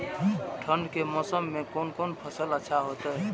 ठंड के मौसम में कोन कोन फसल अच्छा होते?